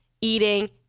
eating